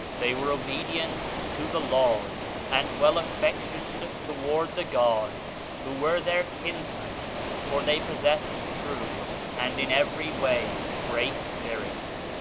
they were obedient to the laws, and well affectioned toward the gods, who were their kinsmen for they possessed true and in every way great spirits,